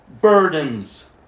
burdens